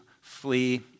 flee